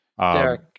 Derek